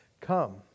Come